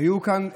היו כאן כמה,